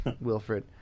Wilfred